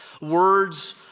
words